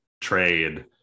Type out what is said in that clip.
trade